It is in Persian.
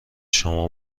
شما